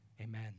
Amen